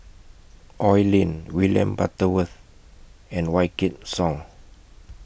Oi Lin William Butterworth and Wykidd Song